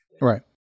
Right